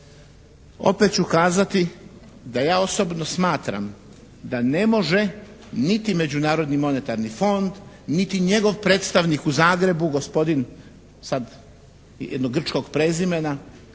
Opet ću kazati da ja osobno smatram da ne može niti Međunarodni monetarni fond, niti njegov predstavnik u Zagrebu gospodin, sad jednog grčkog prezimena,